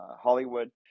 Hollywood